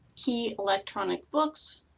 key electronic books,